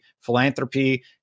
Philanthropy